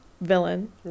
villain